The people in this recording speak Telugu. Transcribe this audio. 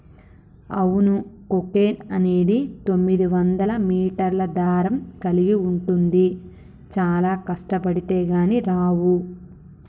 అవును కోకెన్ అనేది తొమ్మిదివందల మీటర్ల దారం కలిగి ఉంటుంది చానా కష్టబడితే కానీ రావు